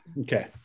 Okay